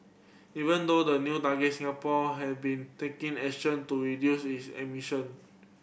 even now the new targets Singapore had been taking action to reduce its emission